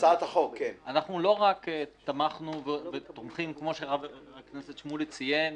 לא רק תמכנו ואנחנו תומכים בהצעת החוק,